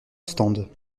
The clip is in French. stand